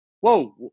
whoa